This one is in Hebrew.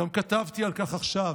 גם כתבתי על כך עכשיו,